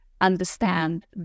understand